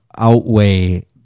outweigh